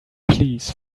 please